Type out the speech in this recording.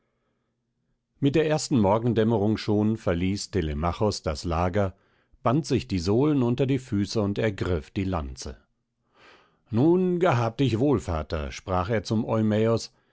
mit der ersten morgendämmerung schon verließ telemachos das lager band sich die sohlen unter die füße und ergriff die lanze nun gehab dich wohl vater sprach er zum